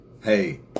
hey